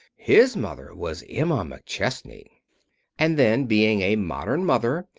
his mother was emma mcchesney and then, being a modern mother,